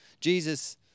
Jesus